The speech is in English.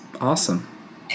Awesome